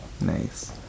nice